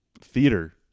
theater